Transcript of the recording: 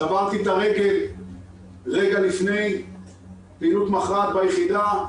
שברתי את הרגל רגע לפני פעילות מכרעת ביחידה,